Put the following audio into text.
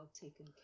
taken